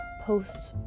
posts